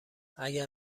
اگر